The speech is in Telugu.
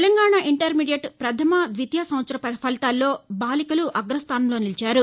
తెలంగాణా ఇంటర్మీడియట్ ప్రధమ ద్వితియ సంవత్సర ఫలితాల్లో బాలికలు అగ్రస్టానంలో నిలిచారు